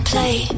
play